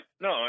No